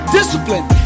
discipline